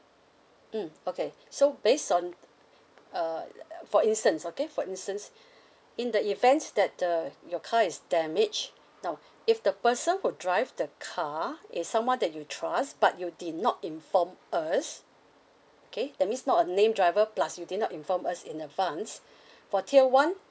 mm okay so based on uh for instance okay for instance in the event that uh your car is damaged now if the person who drive the car is someone that you trust but you did not inform us okay that means not a named driver plus you did not inform us in advance for tier one